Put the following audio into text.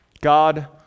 God